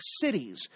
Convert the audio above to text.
cities